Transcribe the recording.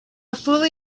fully